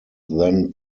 then